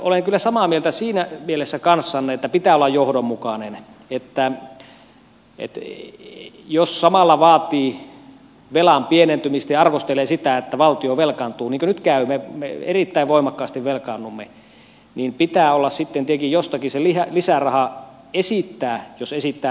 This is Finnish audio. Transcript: olen kyllä samaa mieltä siinä mielessä kanssanne että pitää olla johdonmukainen että jos samalla vaatii velan pienentymistä ja arvostelee sitä että valtio velkaantuu niin kuin nyt käy me erittäin voimakkaasti velkaannumme niin pitää olla sitten tietenkin jostakin se lisäraha esittää jos esittää lisää menoja